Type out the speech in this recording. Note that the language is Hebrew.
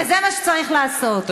וזה מה שצריך לעשות.